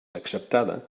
acceptada